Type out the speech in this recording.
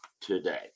today